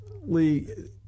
Lee